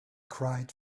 cried